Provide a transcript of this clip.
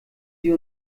sie